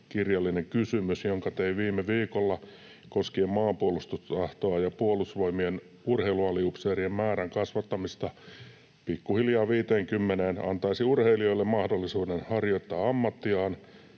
kirjallinen kysymys, jonka tein viime viikolla koskien maanpuolustustahtoa ja Puolustusvoimien urheilualiupseerien määrän kasvattamista pikkuhiljaa 50:een, antaisi urheilijoille mahdollisuuden harjoittaa ammattiaan.